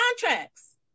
contracts